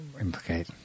implicate